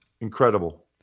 Incredible